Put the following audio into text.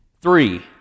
Three